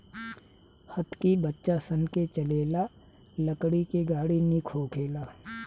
हतकी बच्चा सन के चले ला लकड़ी के गाड़ी निक होखेला